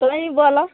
तो ही बोलऽ